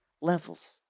levels